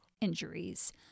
injuries